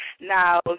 Now